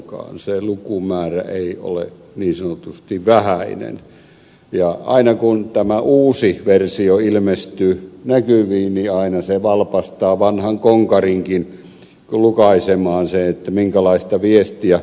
se lukumäärä ei ole niin sanotusti vähäinen ja aina kun tämä uusi versio ilmestyy näkyviin se valpastaa vanhan konkarinkin lukaisemaan sen minkälaista viestiä ed